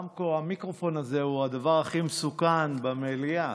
שהמיקרופון הזה הוא הדבר הכי מסוכן במליאה.